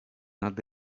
над